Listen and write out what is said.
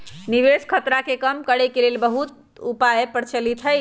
निवेश खतरा के कम करेके के लेल बहुते उपाय प्रचलित हइ